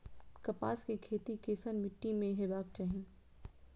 कपास के खेती केसन मीट्टी में हेबाक चाही?